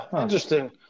interesting